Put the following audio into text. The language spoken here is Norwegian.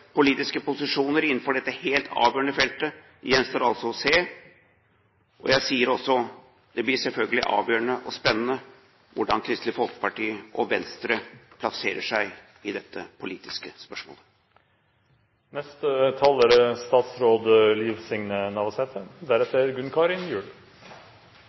politiske posisjoner innenfor dette helt avgjørende feltet, gjenstår altså å se. Jeg sier også: Det blir selvfølgelig avgjørende og spennende hvordan Kristelig Folkeparti og Venstre plasserer seg i dette politiske spørsmålet.